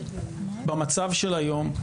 במצב של היום,